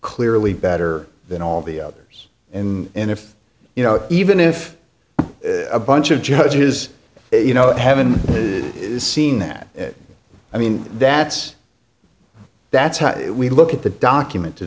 clearly better than all the others and if you know even if a bunch of judges you know haven't seen that i mean that's that's how we look at the document to